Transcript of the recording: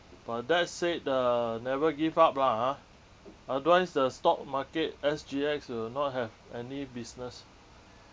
but that said uh never give up lah ah otherwise the stock market S_G_X will not have any business